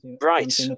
right